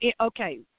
okay